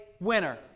winner